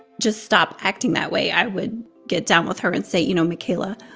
just stop acting that way, i would get down with her and say, you know, makayla,